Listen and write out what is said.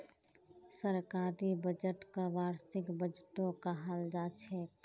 सरकारी बजटक वार्षिक बजटो कहाल जाछेक